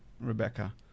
Rebecca